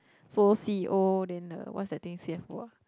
so C_E_O then uh what's that thing C_F_O ah